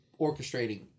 orchestrating